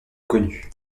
connue